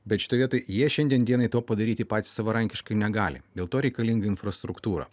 bet šitoj vietoj jie šiandien dienai to padaryti patys savarankiškai negali dėl to reikalinga infrastruktūra